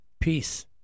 peace